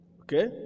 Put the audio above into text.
Okay